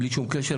בלי שום קשר,